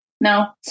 No